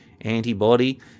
antibody